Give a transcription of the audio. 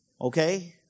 Okay